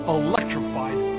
electrified